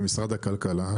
במשרד הכלכלה,